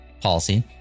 policy